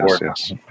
yes